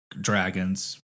dragons